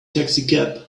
taxicab